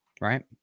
right